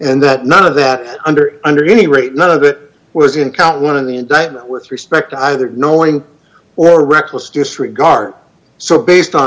and that none of that under under any rate none of it was in count one of the indictment with respect to either knowing or reckless disregard so based on